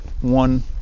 one